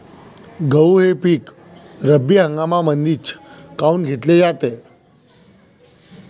गहू हे पिक रब्बी हंगामामंदीच काऊन घेतले जाते?